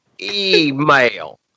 email